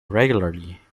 regularly